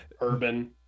Urban